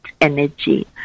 energy